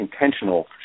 intentional